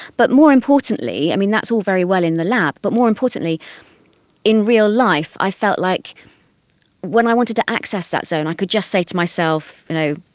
but more importantly, i mean, that's all very well in the lab, but more importantly in real life i felt like when i wanted to access that zone i could just say to myself, you know,